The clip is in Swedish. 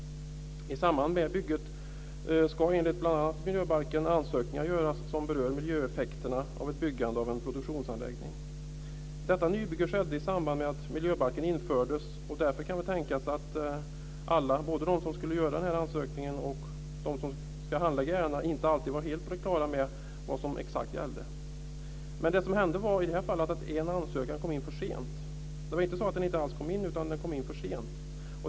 I samband med bygget ska enligt bl.a. miljöbalken ansökningar göras som berör miljöeffekterna av ett byggande av en produktionsanläggning. Detta nybygge skedde i samband med att miljöbalken infördes, och därför kan tänkas att alla - både de som skriver ansökan och de som handlägger ansökan - inte alltid var helt på det klara med vad som exakt gällde. Det som hände i det här fallet var att en ansökan kom in för sent. Det var inte så att den inte kom in, utan den kom in för sent.